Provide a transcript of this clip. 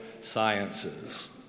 sciences